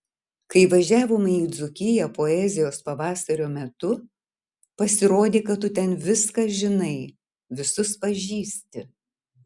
kai važiavome į dzūkiją poezijos pavasario metu pasirodė kad tu ten viską žinai visus pažįsti